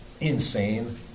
insane